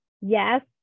yes